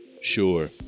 Sure